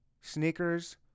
sneakers